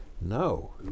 No